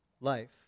life